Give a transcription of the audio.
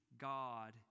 God